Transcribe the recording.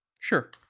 Sure